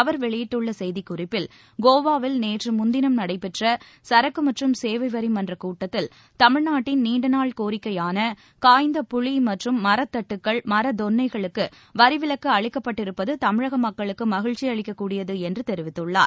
அவர் வெளியிட்டுள்ள செய்திக்குறிப்பில் கோவாவில் நேற்றுமுன்தினம் நடைபெற்ற சரக்கு மற்றும் சேவை வரி மன்றக் கூட்டத்தில் தமிழ்நாட்டின் நீண்டநாள் கோரிக்கையான காய்ந்த புளி மற்றும் மரத்தட்டுகள் மர தொன்னைகளுக்கு வரி விலக்கு அளிக்கப்பட்டிருப்பது தமிழக மக்களுக்கு மகிழ்ச்சி அளிக்கக் கூடியது என்று தெரிவித்துள்ளார்